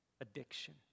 addiction